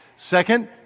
Second